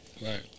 Right